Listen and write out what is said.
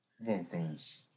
vocals